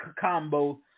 combo